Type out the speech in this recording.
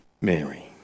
Mary